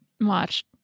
watch